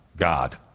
God